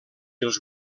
els